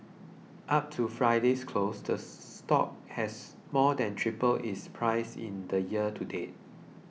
up to Friday's close the stock has more than tripled its price in the year to date